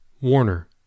Warner